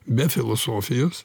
be filosofijos